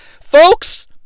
Folks